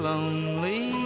Lonely